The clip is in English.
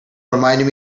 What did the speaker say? reminded